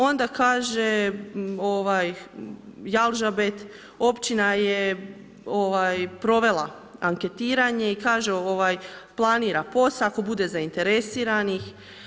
Onda kaže, Jalžabet, općina je provela anketiranje i kaže planira posao, ako bude zainteresiranih.